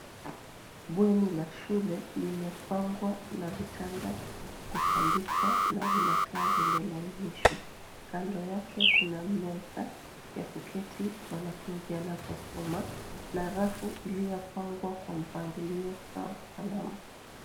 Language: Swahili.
Bweni la shule limepangwa na vitanda kutandikwa na vinakaa vimelainishwa. Kando kuna meza ya kuketi mwanafunzi anaposoma na rafu iliyopangwa kwa mpangilio sawa salama.